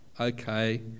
okay